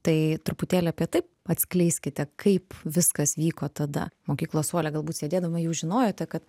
tai truputėlį apie tai atskleiskite kaip viskas vyko tada mokyklos suole galbūt sėdėdama jūs žinojote kad